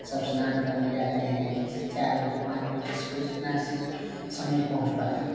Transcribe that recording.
सब स्नान करने जाते हैं चार बजे पाँच बजे जिसको जितना समय पहुँच पाए